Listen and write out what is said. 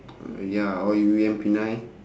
ya or